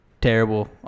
terrible